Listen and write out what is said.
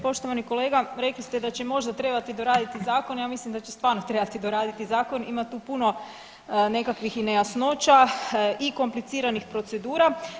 Poštovani kolega, rekli ste da će možda trebati doraditi zakon, ja mislim da će stvarno trebati doraditi zakon, ima tu puno nekakvih i nejasnoća i kompliciranih procedura.